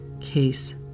case